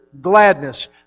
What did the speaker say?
gladness